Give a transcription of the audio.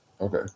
Okay